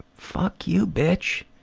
fuck you bitch.